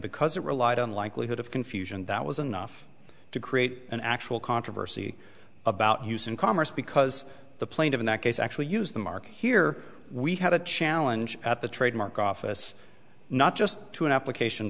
because it relied on likelihood of confusion that was enough to create an actual controversy about use in commerce because the plaintiff in that case actually used the mark here we had a challenge at the trademark office not just to an application